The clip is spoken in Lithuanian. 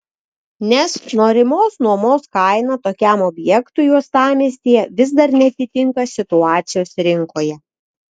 nes norimos nuomos kaina tokiam objektui uostamiestyje vis dar neatitinka situacijos rinkoje